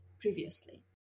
previously